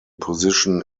position